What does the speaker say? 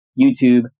YouTube